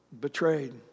betrayed